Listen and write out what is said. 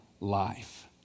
life